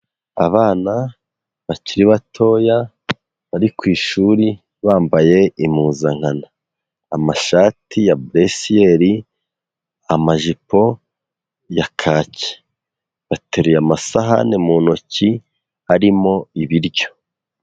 Abana bakiri batoya bari ku ishuri bambaye impuzankanana, amashati ya burisiyeri, amajipo ya kaki, bateruye amasahani mu ntoki harimo ibiryo.